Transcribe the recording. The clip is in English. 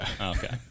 Okay